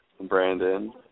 Brandon